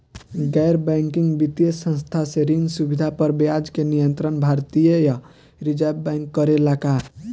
गैर बैंकिंग वित्तीय संस्था से ऋण सुविधा पर ब्याज के नियंत्रण भारती य रिजर्व बैंक करे ला का?